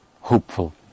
hopeful